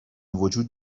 وجود